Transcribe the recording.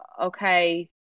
okay